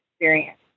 experience